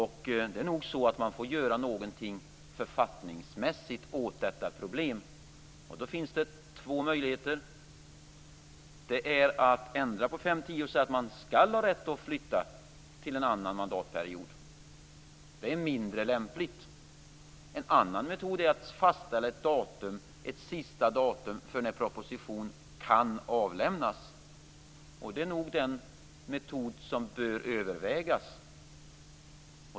Det är nog så att man författningsmäsigt får göra något åt detta problem. Det finns då två möjligheter. Den ena är att ändra på riksdagsordningens 5.10 och säga att man skall ha rätt att flytta till en annan mandatperiod men det är mindre lämpligt. Den andra möjligheten är att fastställa ett sista datum för när proposition kan avlämnas, och det är nog den metod som bör övervägas.